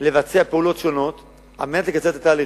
לבצע פעולות שונות על מנת לקצר את התהליכים.